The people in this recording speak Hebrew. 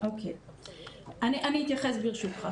אני אתייחס, ברשותך.